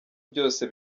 byose